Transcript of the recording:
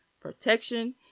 protection